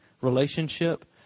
relationship